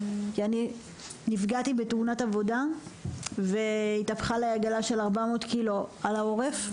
כי אני נפגעתי בתאונת עבודה והתהפכה עליי עגלה של 400 קילו על העורף.